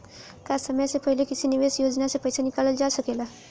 का समय से पहले किसी निवेश योजना से र्पइसा निकालल जा सकेला?